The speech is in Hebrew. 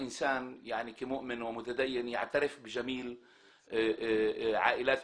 (מתרגם את